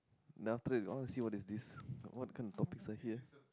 then after that I want to see what is this what kind of topics are here